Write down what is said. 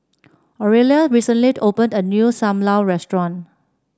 Aurelia recently opened a new Sam Lau Restaurant